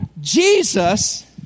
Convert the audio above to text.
Jesus